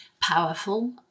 powerful